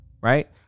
right